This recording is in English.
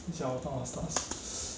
等一下我看我的 stars